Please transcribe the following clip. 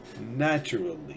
Naturally